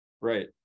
Right